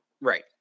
Right